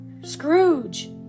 Scrooge